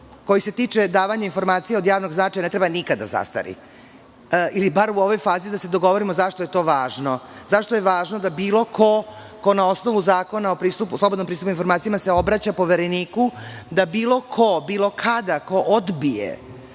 koji se tiče davanja informacija od javnog značaja ne treba nikada da zastari, ili bar da se u ovoj fazi dogovorimo zašto je to važno. Zašto je važno da bilo ko ko na osnovu Zakona o slobodnom pristupu informacijama se obraća Povereniku, da bilo ko, bilo kada ko odbije